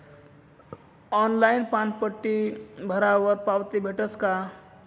Online पानपट्टी भरावर पावती भेटस का?